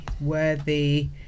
worthy